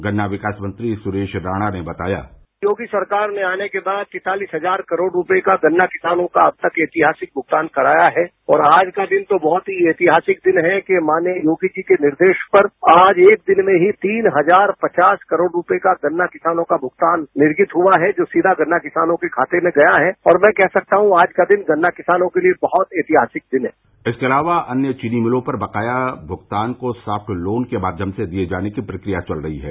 गन्ना विकास मंत्री सुरेश राणा ने बताया योगी सरकार के आने के बाद तैतालिस हजार करोड रुपए का गन्ना किसानों का अब तक का ऐतिहासिक भूगतान कराया है और आज का दिन तो बहुत ऐसी हाथ ऐतिहासिक दिन है कि माननीय योगी जी के निर्देश पर आज एक दिन में ही तीन हजार पचास करोड़ रुपए का गन्ना किसानों का भुगतान निर्जित हुआ है जो सीधा गन्ना किसानों के खाते में गया है और मैं कह सकता हूं आज का दिन गन्ना किसानों के लिए बहुत ऐतिहासिक दिन है इसके अलावा अन्य चीनी मिलों पर बकाया भगतान को साफट लोन के माध्यम से दिये जाने की प्रकिया चल रही है